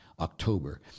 October